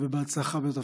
ובהצלחה בתפקיד.